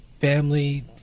family